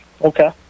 Okay